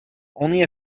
only